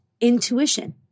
Intuition